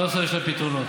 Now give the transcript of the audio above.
סוף-סוף יש להם פתרונות.